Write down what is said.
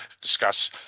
discuss